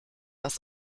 das